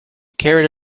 carried